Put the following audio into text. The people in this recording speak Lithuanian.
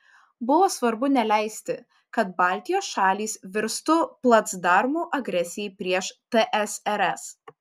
buvo svarbu neleisti kad baltijos šalys virstų placdarmu agresijai prieš tsrs